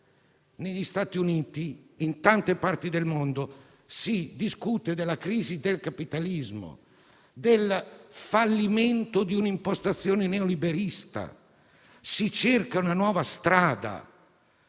Negli Stati Uniti e in tante parti del mondo si discute della crisi del capitalismo, del fallimento di un'impostazione neoliberista e si cerca una nuova strada.